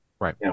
right